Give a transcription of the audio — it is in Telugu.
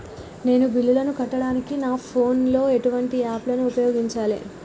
నేను బిల్లులను కట్టడానికి నా ఫోన్ లో ఎటువంటి యాప్ లను ఉపయోగించాలే?